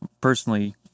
personally